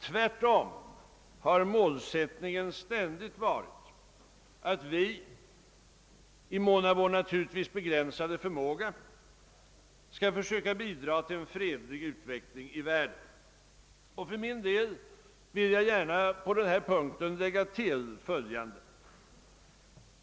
Tvärtom har målsättningen ständigt varit, att vi i mån av vår begränsade förmåga skall försöka bidra till en fredlig utveckling i världen. För min del vill jag gärna på denna punkt lägga till följande.